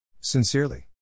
Sincerely